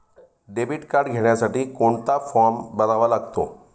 Debit card घेण्यासाठी कोणता form भरावा लागतो?